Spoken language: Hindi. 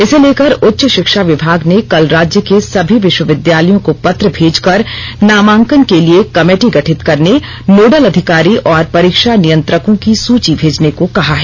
इसे लेकर उच्च शिक्षा विभाग ने कल राज्य के सभी विश्वविद्यालय को पत्र भेजकर नामांकन के लिए कमेटी गठित करने नोडल अधिकारी और परीक्षा नियंत्रकों की सूची भेजने को कहा है